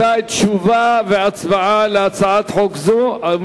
תשובה והצבעה על הצעת חוק זו במועד אחר.